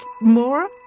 more